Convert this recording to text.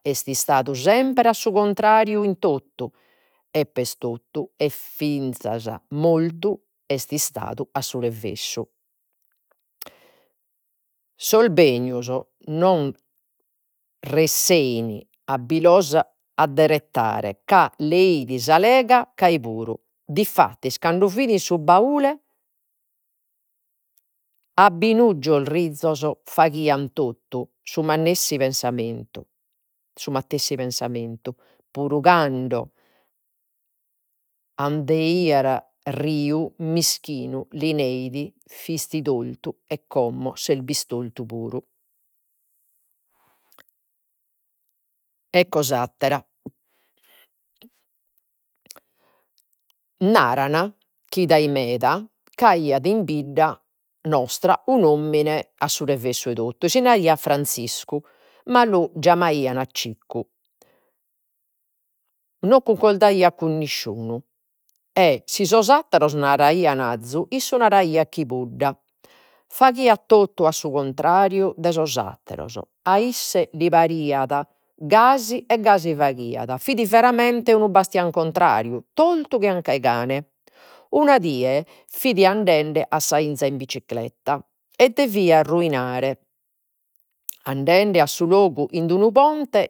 Est'istadu sempre a su contrariu in totu e pes totu e finzas mortu est'istadu a su revessu. Sos benujos no resessein a bi los adderettare ca leeit sa lega puru. Diffattis cando fit in su baule benujos rizzos faghian totu su pensamentu, su matessi pensamentu. Puru cando Riu, mischinu, li neit, fis tortu e como ses bistortu puru. Ecco s’attera. Naran chi dai meda c'aiat in bidda nostra un'omine a su revessu 'e totu. Si naraiat Franziscu ma lu Cicu. No cuncordaiat cun nisciunu e si sos atteros naraian azu issu naraiat chibudda. Faghiat totu a su contrariu de sos atteros. A isse li pariat gasi e gasi faghiat. Fit veramente un bastiancontrariu, tortu che anca 'e cane. Una die fit andende a sa 'inza in bicicletta e deviat andende a su logu in d'unu ponte